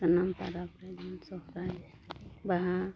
ᱥᱟᱱᱟᱢ ᱯᱚᱨᱚᱵᱽ ᱨᱮᱜᱮ ᱥᱚᱦᱚᱨᱟᱭ ᱵᱟᱦᱟ